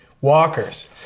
Walkers